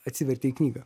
atsivertei knygą